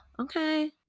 Okay